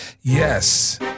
yes